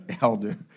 Elder